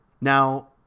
Now